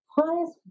highest